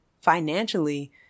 financially